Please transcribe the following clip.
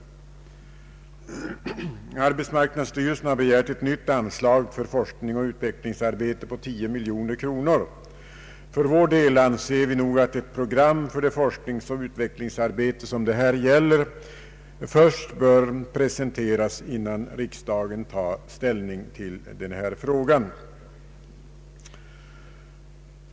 Arbetsmarknadsstyrelsen har begärt ett nytt anslag på 10 miljoner kronor till forskningsoch utvecklingsarbete. För vår del anser vi att ett program för det forskningsoch utvecklingsarbete som det här gäller bör presenteras innan riksdagen tar ställning till frågan.